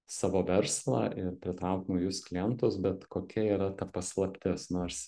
savo verslą ir pritraukt naujus klientus bet kokia yra ta paslaptis nors